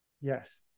Yes